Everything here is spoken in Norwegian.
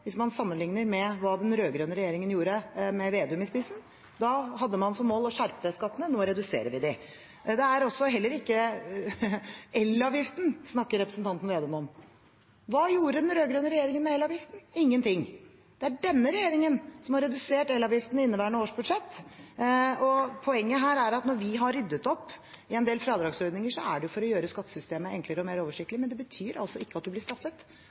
hvis man sammenligner med hva den rød-grønne regjeringen gjorde, med Slagsvold Vedum i spissen. Da hadde man som mål å skjerpe skattene. Nå reduserer vi dem. Elavgiften snakker representanten Slagsvold Vedum om. Hva gjorde den rød-grønne regjeringen med elavgiften? Ingenting. Det er denne regjeringen som har redusert elavgiften i inneværende års budsjett. Poenget her er at når vi har ryddet opp i en del fradragsordninger, er det jo for å gjøre skattesystemet enklere og mer oversiktlig. Men det betyr ikke at man blir straffet.